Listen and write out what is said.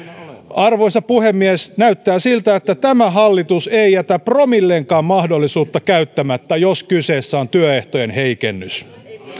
arvoisa puhemies näyttää siltä että tämä hallitus ei jätä promillenkaan mahdollisuutta käyttämättä jos kyseessä on työehtojen heikennys